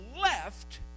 left